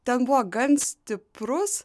ten buvo gan stiprus